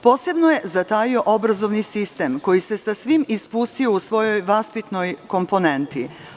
Posebno je zatajio obrazovni sistem, koji se sasvim ispustio u svojoj vaspitnoj komponenti.